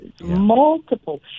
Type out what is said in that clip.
multiple